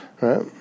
Right